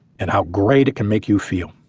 and how great it can make you feel.